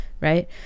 right